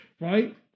right